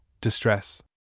distress